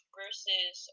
versus